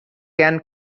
can